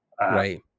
Right